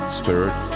spirit